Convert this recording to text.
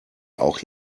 auch